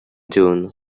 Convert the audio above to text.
june